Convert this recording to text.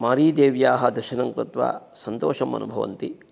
मारीदेव्याः दर्शनङ्कृत्वा सन्तोषमनुभवन्ति